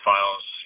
Files